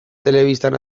telebistan